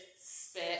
Spit